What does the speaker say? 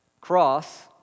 Cross